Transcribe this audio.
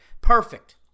Perfect